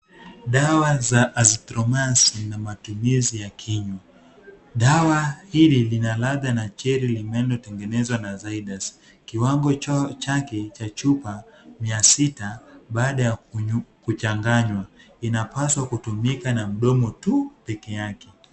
Dawa za Azithromycin na matumizi ya kinywa. Dawa hili lina ladha nacheli limenotengenezwa na Zydus. Kiwango chake cha chupa mia sita baada ya kuchanganywa. Inapaswa kutumika na mdomo tu peke yake.